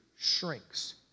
shrinks